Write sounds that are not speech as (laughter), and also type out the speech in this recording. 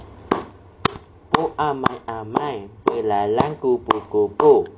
(noise) puk amai-amai belalang kupu-kupu